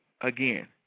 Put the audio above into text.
again